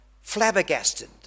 flabbergasted